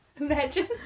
imagine